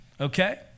okay